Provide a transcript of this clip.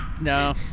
No